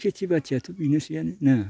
खिथि बाथियाथ' बिनोसै आनो ना